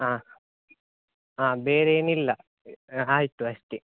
ಹಾಂ ಹಾಂ ಬೇರೆನಿಲ್ಲ ಆಯಿತು ಅಷ್ಟೇ